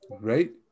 right